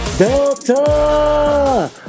Delta